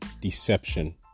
deception